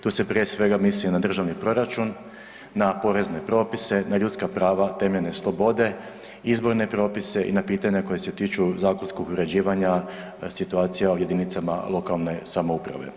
Tu se, prije svega misli na Državni proračun, na porezne propisa, na ljudska prava, temeljne slobode, izborne propise i na pitanja koja se tiču zakonskog uređivanja situacija u jedinicama lokalne samouprave.